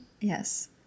Yes